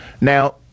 Now